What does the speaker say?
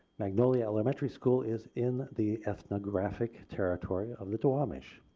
magnolia elementary school is in the ethnographic territory of the duwamish.